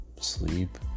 sleep